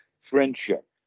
friendship